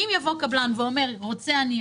אם יבוא קבלן ויאמר רוצה אני,